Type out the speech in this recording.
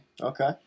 okay